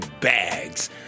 bags